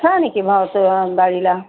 छान आहे की भाव डाळीला